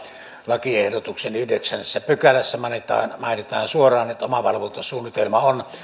lakiehdotuksen yhdeksännessä pykälässä mainitaan mainitaan suoraan että omavalvontasuunnitelma on